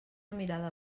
mirada